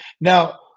now